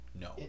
No